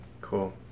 Cool